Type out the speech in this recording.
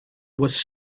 was